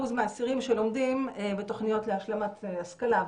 מהאסירים שלומדים בתוכניות להשלמת השכלה.